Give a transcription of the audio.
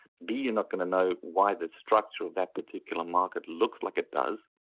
b, you're not going to know why the structure of that particular market looks like it does.